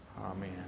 Amen